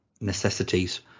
necessities